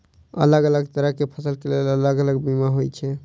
अलग अलग तरह केँ फसल केँ लेल अलग अलग बीमा होइ छै?